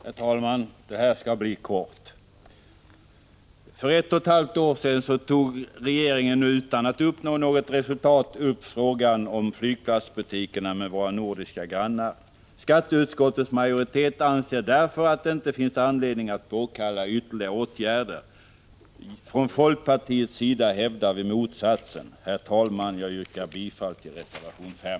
Herr talman! Jag skall fatta mig mycket kort. För ett och ett halvt år sedan tog regeringen upp frågan om flygplatsbutikerna med våra nordiska grannar utan att uppnå något resultat. Skatteutskottets majoritet anser därför att det inte finns anledning att påkalla ytterligare åtgärder. Folkpartiet hävdar motsatsen. Herr talman! Jag yrkar bifall till reservation 5.